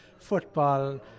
football